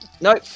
Nope